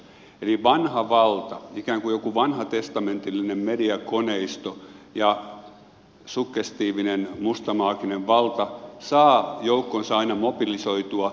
eli vanha valta ikään kuin joku vanha testamentillinen mediakoneisto ja suggestiivinen musta maaginen valta saa joukkonsa aina mobilisoitua